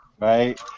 right